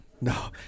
No